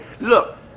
Look